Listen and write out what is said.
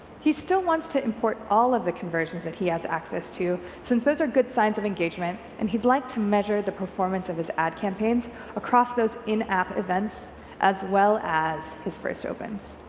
he still wants to import all of the conversions that he has access to since those are good signs of engagement and he would like to measure the performance of his ad campaigns across those in-app events as well as his first opens.